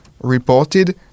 reported